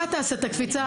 אתה תעשה את הקפיצה.